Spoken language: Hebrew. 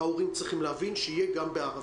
הן צריכות להיות גם בערבית.